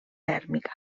tèrmica